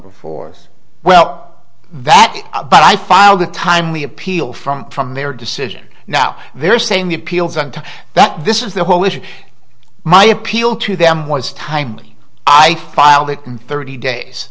before us well that but i filed a timely appeal from from their decision now they're saying the appeals and that this is the whole issue my appeal to them was timely i filed it in thirty days